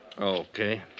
Okay